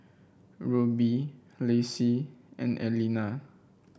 Ruby Lacie and Aleena